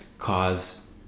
Cause